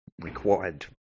required